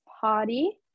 party